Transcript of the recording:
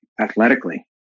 athletically